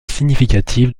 significative